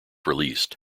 released